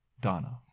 Donna